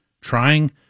trying